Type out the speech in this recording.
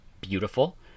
beautiful